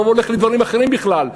הרוב הולך לדברים אחרים בכלל.